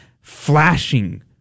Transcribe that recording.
flashing